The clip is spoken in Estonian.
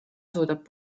suudab